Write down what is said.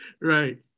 Right